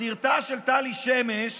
בסרטה של טלי שמש